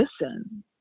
listen